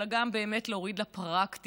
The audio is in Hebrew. אלא גם באמת להוריד לפרקטיקה,